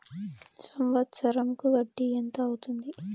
సంవత్సరం కు వడ్డీ ఎంత అవుతుంది?